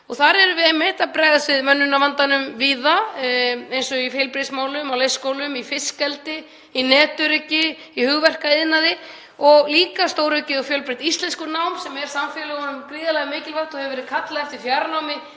Þar erum við einmitt að bregðast við mönnunarvandanum víða, eins og í heilbrigðismálum og leikskólum, í fiskeldi, í netöryggi, í hugverkaiðnaði. Ég nefni líka stóraukið og fjölbreytt íslenskunám sem er samfélögum gríðarlega mikilvægt. Það hefur verið kallað eftir í fjarnámi